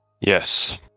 Yes